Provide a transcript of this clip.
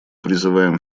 призываем